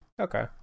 okay